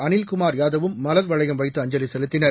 அனில்குமார் யாதவும் மலர்வளையம் வைத்து அஞ்சலி செலுத்தினர்